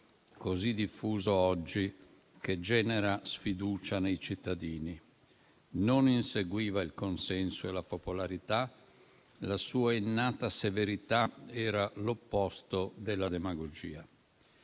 così diffuso oggi, che genera sfiducia nei cittadini. Non inseguiva il consenso e la popolarità. La sua innata severità era l'opposto della demagogia.